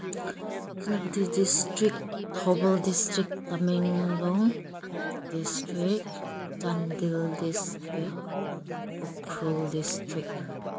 Senapati district Thoubal district Tamenglong district Chandel district Ukhrul district